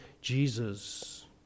Jesus